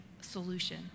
solution